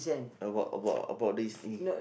about about about this